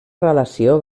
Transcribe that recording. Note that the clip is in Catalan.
relació